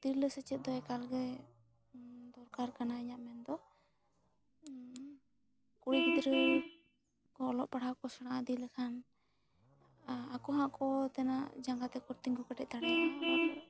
ᱛᱤᱨᱞᱟᱹ ᱥᱮᱪᱮᱫ ᱫᱚ ᱮᱠᱟᱞ ᱜᱮ ᱫᱚᱨᱠᱟᱨ ᱠᱟᱱᱟᱭᱟ ᱢᱮᱱᱫᱚ ᱠᱩᱲᱤ ᱜᱤᱫᱽᱨᱟᱹ ᱠᱚ ᱚᱞᱚᱜ ᱯᱟᱲᱦᱟᱣ ᱠᱚ ᱥᱮᱬᱟ ᱤᱫᱤ ᱞᱮᱠᱷᱟᱱ ᱟᱠᱚ ᱟᱠᱚ ᱛᱮᱱᱟ ᱡᱟᱜᱟ ᱛᱮᱠᱚ ᱛᱤᱸᱜᱩ ᱠᱮᱴᱮᱜ ᱫᱟᱲᱮᱮᱭᱟᱜᱼᱟ ᱟᱨ